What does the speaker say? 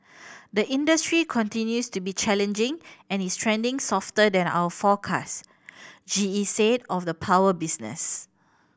the industry continues to be challenging and is trending softer than our forecast G E said of the power business